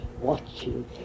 watching